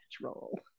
natural